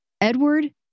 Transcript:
Edward